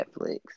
Netflix